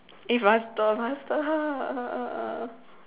eh faster faster